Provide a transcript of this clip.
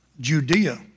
Judea